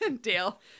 Dale